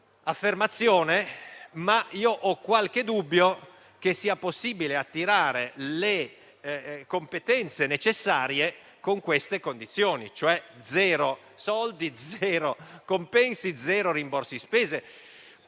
affermazione, ma ho qualche dubbio che sia possibile attirare le competenze necessarie a queste condizioni: zero soldi, zero compensi, zero rimborsi spese.